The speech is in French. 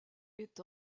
est